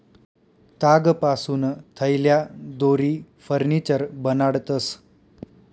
तागपासून थैल्या, दोरी, फर्निचर बनाडतंस